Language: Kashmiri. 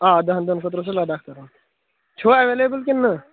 آ دہن دۄہن خأطرٕ اوس اَسہِ لداخ ترُن چھُوا ایویلیبٕل کِنہٕ نہٕ